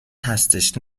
هستش